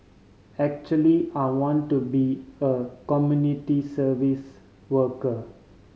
actually I want to be a community service worker